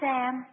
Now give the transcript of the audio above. Sam